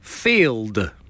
Field